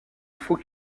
faut